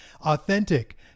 Authentic